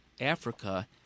Africa